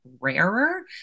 rarer